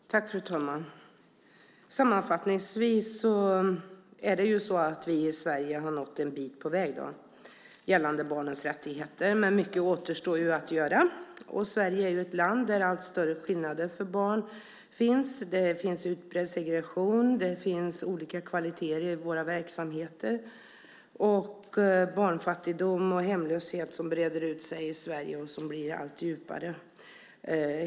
Fru talman! Sammanfattningsvis har vi i Sverige nått en bit på väg gällande barnens rättigheter, men mycket återstår att göra. Sverige är ett land där det finns allt större skillnader för barn. Det finns en utbredd segregation. Det finns olika kvalitet i våra verksamheter. Barnfattigdom och hemlöshet breder ut sig i Sverige och blir allt djupare.